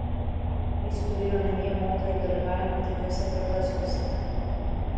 jis turėjo omenyje moterų dalyvavimą taikiuose protestuose